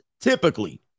Typically